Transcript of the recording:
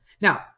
Now